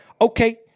okay